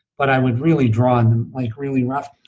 but i would really draw them like really rough.